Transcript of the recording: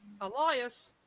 Elias